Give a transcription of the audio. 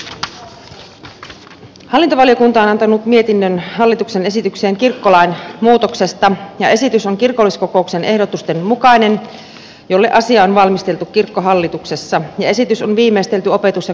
hallintovaliokunta on antanut mietinnön hallituksen esitykseen kirkkolain muutoksesta ja esitys on kirkolliskokouksen ehdotusten mukainen jolle asia on valmisteltu kirkkohallituksessa ja esitys on viimeistelty opetus ja kulttuuriministeriössä